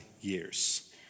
years